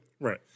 Right